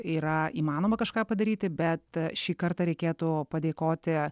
yra įmanoma kažką padaryti bet šį kartą reikėtų padėkoti